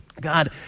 God